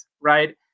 right